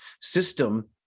system